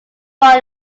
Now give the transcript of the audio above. won